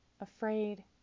afraid